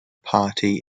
party